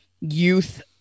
youth